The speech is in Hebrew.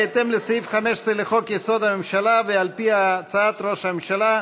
בהתאם לסעיף 15 לחוק-יסוד: הממשלה ועל פי הצעת ראש הממשלה,